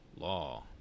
law